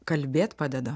kalbėt padeda